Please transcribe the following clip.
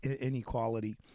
inequality